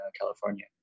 California